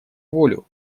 волю